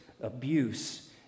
abuse